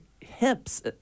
hips